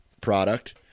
product